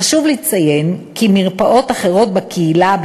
חשוב לציין כי מרפאות אחרות בקהילה,